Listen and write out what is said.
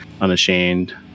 unashamed